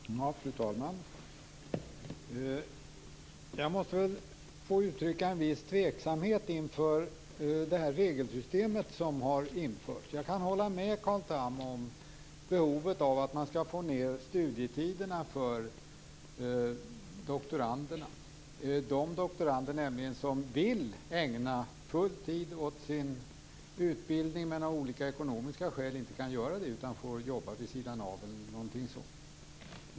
Fru talman! Jag måste få uttrycka en viss tveksamhet inför det här regelsystemet som har införts. Jag kan hålla med Carl Tham om behovet av att få ned studietiderna för de doktorander som vill ägna full tid åt sin utbildning, men som av olika ekonomiska skäl inte kan göra det utan får jobba vid sidan av eller något sådant. Det är väl riktigt.